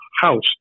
House